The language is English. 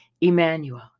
Emmanuel